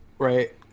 Right